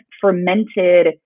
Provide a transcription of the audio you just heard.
fermented